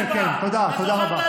כן, כן, נכון, נכון.